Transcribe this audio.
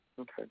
Okay